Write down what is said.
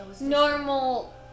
normal